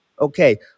Okay